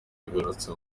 yagarutse